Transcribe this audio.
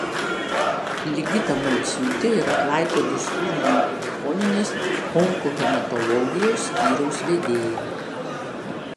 ligita malciūtė yra klaipėdos jūrininkų ligoninės onkohematologijos skyriaus vedėja